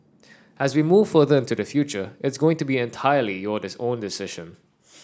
as we move further into the future it's going to be entirely your is own decision